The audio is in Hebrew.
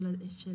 כאן.